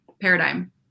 paradigm